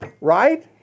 right